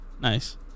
Nice